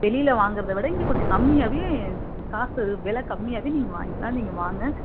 வெளியில் வாங்குறதவிட இங்கே கொஞ்சம் கம்மியாகவே காசு வெலை கம்மியாகவே நீங்கள் வாங்கிக்கிலாம் நீங்கள் வாங்க